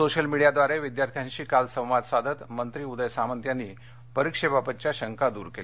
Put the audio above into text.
social मीडियाद्वारे विद्यार्थ्यांशी काल संवाद साधत मंत्री उदय सामंत यांनी परिक्षेबाबतच्या शंका दूर केल्या